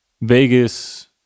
Vegas